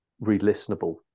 re-listenable